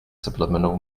subliminal